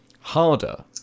harder